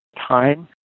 time